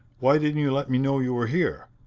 why didn't you let me know you were here?